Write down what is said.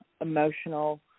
emotional